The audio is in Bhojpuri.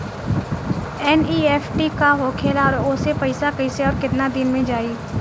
एन.ई.एफ.टी का होखेला और ओसे पैसा कैसे आउर केतना दिन मे जायी?